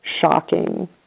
shocking